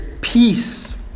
peace